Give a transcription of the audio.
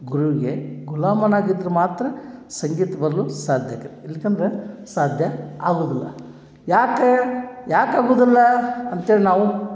ಗುರುವಿಗೆ ಗುಲಾಮನಾಗಿದ್ರೆ ಮಾತ್ರ ಸಂಗೀತ ಬರ್ಲು ಸಾಧ್ಯ ಆಕತ್ತೆ ಇಲ್ಕಂದರೆ ಸಾಧ್ಯ ಆಗುದಿಲ್ಲ ಯಾಕೆ ಯಾಕಾಗುದಿಲ್ಲ ಅಂತ್ಹೇಳಿ ನಾವು